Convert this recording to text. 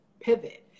pivot